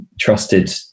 trusted